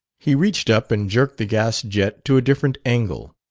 he reached up and jerked the gas-jet to a different angle.